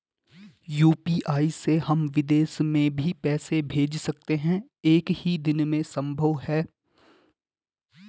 UPI से हम विदेश में भी पैसे भेज सकते हैं एक ही दिन में संभव है?